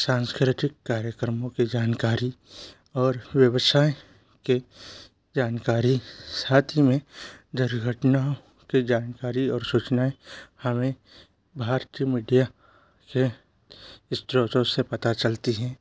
सांस्कृतिक कार्यक्रमों की जानकारी और व्यवसाय के जानकारी साथ ही में दुर्घटना की जानकारी और सूचनाओं हमें भारतीय मीडिया के स्ट्रक्चर से पता चलती है